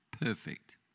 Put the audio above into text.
perfect